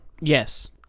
Yes